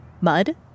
mud